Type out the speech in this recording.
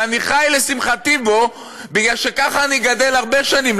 ואני לשמחתי חי בו בגלל שככה אני גדל הרבה שנים,